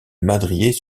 madriers